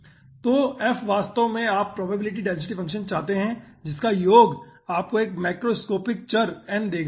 ठीक है तो f वास्तव में आप प्रोबेबिलिटी डेंसिटी फ़ंक्शन चाहते हैं जिसका योग आपको एक मैक्रोस्कोपिक चर n देगा